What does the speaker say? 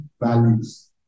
values